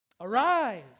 Arise